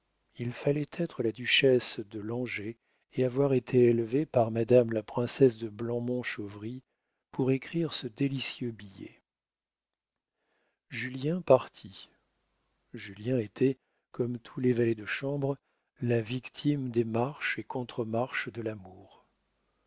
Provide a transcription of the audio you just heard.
il fallait être la duchesse de langeais et avoir été élevée par madame la princesse de blamont-chauvry pour écrire ce délicieux billet julien partit julien était comme tous les valets de chambre la victime des marches et contre-marches de l'amour